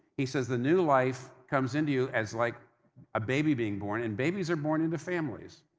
he says the new life comes into you as like a baby being born. and babies are born into families.